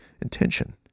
intention